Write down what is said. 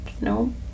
no